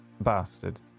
bastard